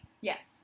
Yes